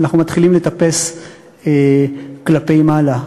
ואנחנו מתחילים לטפס כלפי מעלה.